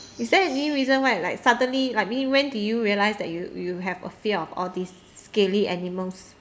is there any reason why like suddenly like we when do you realise that you you have a fear of all these scaly animals